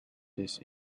this